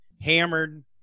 hammered